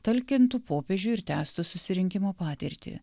talkintų popiežiui ir tęstų susirinkimo patirtį